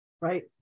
Right